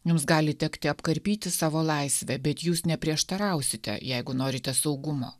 jums gali tekti apkarpyti savo laisvę bet jūs neprieštarausite jeigu norite saugumo